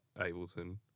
Ableton